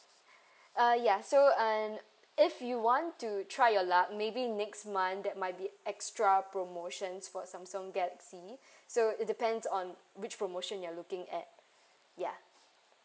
uh ya so and if you want to try your luck maybe next month there might be extra promotions for samsung galaxy so it depends on which promotion you're looking at ya